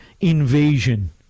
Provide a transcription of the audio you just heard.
invasion